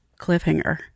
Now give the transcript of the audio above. Cliffhanger